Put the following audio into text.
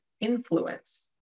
influence